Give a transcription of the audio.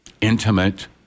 intimate